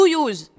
use